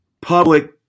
public